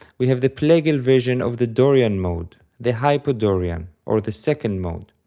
we have the plagal version of the dorian mode, the hypodorian, or the second mode,